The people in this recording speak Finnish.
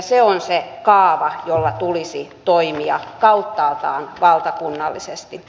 se on se kaava jolla tulisi toimia kauttaaltaan valtakunnallisesti